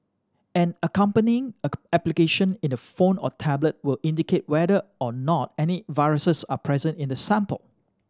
an accompanying application in the phone or tablet will indicate whether or not any viruses are present in the sample